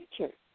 picture